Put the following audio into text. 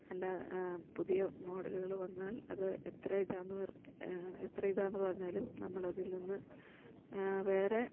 അല്ലാ പുതിയ മോഡലുകൾ വന്നാൽ അത് എത്ര ഇതാന്ന് പറ എത്ര ഇതാന്ന് പറഞ്ഞാലും നമ്മളതിൽ നിന്ന് വേറെ